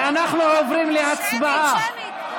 ואנחנו עוברים להצבעה, שמית.